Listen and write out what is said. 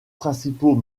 principaux